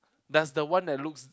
does the one that looks